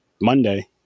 Monday